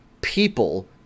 people